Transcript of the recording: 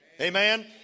Amen